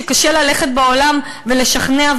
שקשה ללכת בעולם ולשכנע,